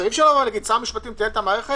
אי-אפשר לומר לי: תייעל את המערכת,